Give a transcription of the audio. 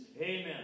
Amen